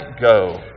go